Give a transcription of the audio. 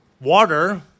Water